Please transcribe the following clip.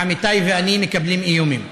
עמיתי ואני מקבלים איומים.